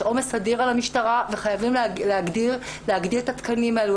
יש עומס אדיר על המשטרה וחייבים להגדיל את התקנים האלו.